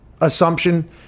assumption